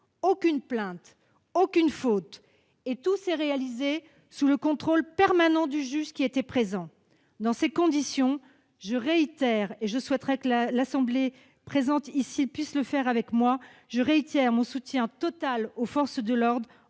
aucune plainte, aucune faute et que tout s'est réalisé sous le contrôle permanent du juge qui était présent. Dans ces conditions, je réitère- je souhaite que la Haute Assemblée puisse le faire avec moi -mon total soutien aux forces de l'ordre,